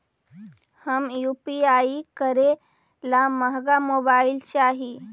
हम यु.पी.आई करे ला महंगा मोबाईल चाही?